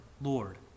Lord